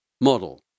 Model